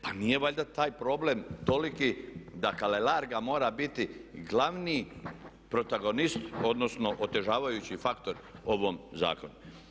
Pa nije valjda taj problem toliki da Kalelarga mora biti glavni protagonist odnosno otežavajući faktor ovom zakonu?